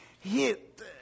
hit